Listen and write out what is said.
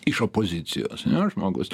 iš opozicijos ane žmogus